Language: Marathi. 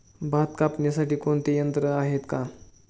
भात कापणीसाठी कोणते यंत्र आहेत का?